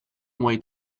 away